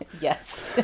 Yes